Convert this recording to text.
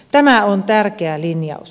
tämä on tärkeä linjaus